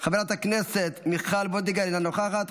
חברת הכנסת מיכל וולדיגר, אינה נוכחת,